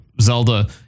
Zelda